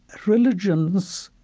religions,